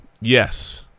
Yes